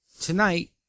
Tonight